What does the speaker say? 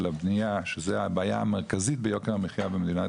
הבניה שזה הבעיה המרכזית ביוקר המחייה במדינת